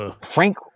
Frank